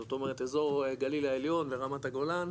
זאת אומרת אזור הגליל העליון ורמת הגולן,